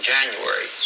January